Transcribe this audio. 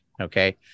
Okay